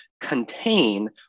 contain